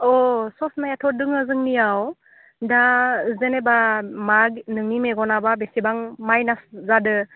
अ ससमायाथ' दङ जोंनियाव दा जेनेबा मा नोंनि मेगनाबा बेसेबां माइनास जादों